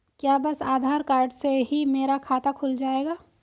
क्या बस आधार कार्ड से ही मेरा खाता खुल जाएगा?